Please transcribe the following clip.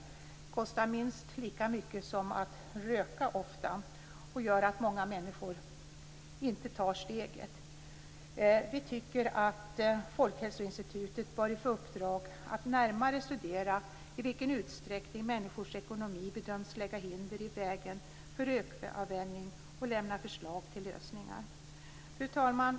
De kostar ofta minst lika mycket som att röka. Det gör att många människor inte tar steget. Vi tycker att Folkhälsoinstitutet bör få i uppdrag att närmare studera i vilken utsträckning människors ekonomi bedöms lägga hinder i vägen för rökavvänjning och lämna förslag till lösningar. Fru talman!